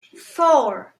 four